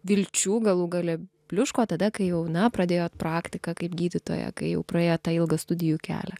vilčių galų gale bliuško tada kai jau na pradėjot praktiką kaip gydytoja kai jau praėjot tą ilgą studijų kelią